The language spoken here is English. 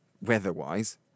weather-wise